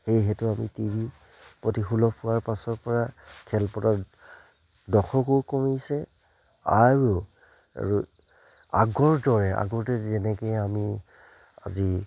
সেইহেতু আমি T V প্ৰতি সুলভ হোৱাৰ পাছৰপৰা খেলপথাৰত দৰ্শকো কমিছে আৰু আগৰ দৰে আগতে যেনেকৈ আমি আজি